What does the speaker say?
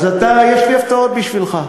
אז אתה, יש לי הפתעות בשבילך.